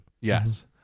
Yes